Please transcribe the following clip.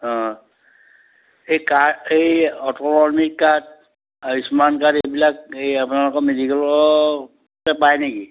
অঁ এই কাৰ্ড এই অটল অমৃত কাৰ্ড আয়ুস্মান কাৰ্ড এইবিলাক এই আপোনালোকৰ মেডিকেলতে পায় নেকি